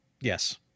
Yes